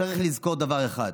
צריך לזכור דבר אחד: